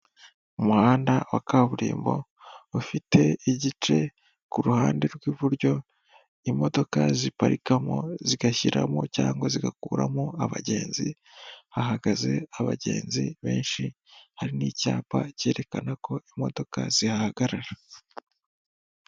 Umuhanda wa kaburimbo ufite igice ku ruhande rw'iburyo imodoka ziparikamo zigashyiramo cyangwa zigakuramo abagenzi ,hahagaze abagenzi benshi hari n'icyapa cyerekana ko imodoka zihahagarara.